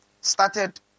started